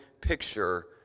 picture